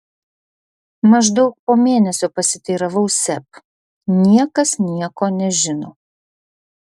maždaug po mėnesio pasiteiravau seb niekas nieko nežino